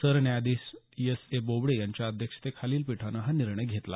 सरन्यायाधिश S A Bobde यांच्या अध्यक्षते खालील पीठानं हा निर्णय घेतला